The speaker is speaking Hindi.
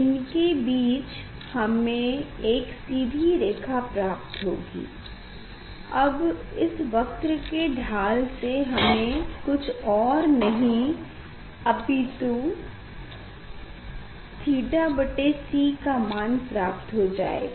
इनके बीच हमें एक सीधी रेखा प्राप्त होगी अब इस वक्र के ढाल से हमें कुछ और नहीं अपितु थीटा बटे C का मान प्राप्त हो जाएगा